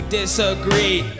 disagree